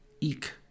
Eek